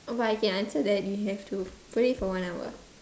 oh but you can answer that you have to play for one hour